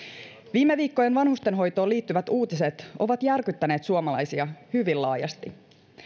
viime viikkojen vanhustenhoitoon liittyvät uutiset ovat järkyttäneet suomalaisia hyvin laajasti